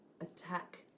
attack